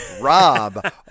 Rob